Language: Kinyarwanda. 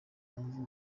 hanze